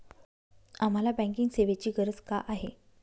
आम्हाला बँकिंग सेवेची गरज का आहे?